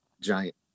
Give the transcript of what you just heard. giant